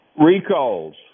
Recalls